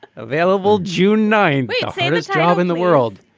available june nine. job in the world.